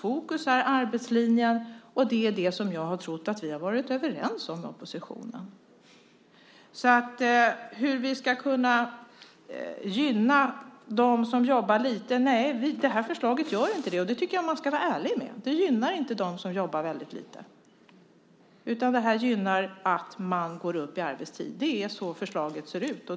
Fokus är arbetslinjen. Det är det som jag har trott att vi har varit överens om med oppositionen. Hur ska vi gynna dem som jobbar lite? Nej, förslaget gör inte det. Det ska vi vara ärliga med. Det gynnar inte dem som jobbar lite. Förslaget gynnar att man går upp i arbetstid. Det är så förslaget ser ut.